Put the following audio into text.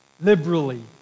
liberally